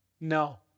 No